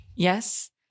yes